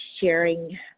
sharing